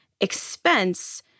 expense